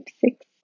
six